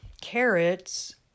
carrots